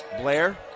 Blair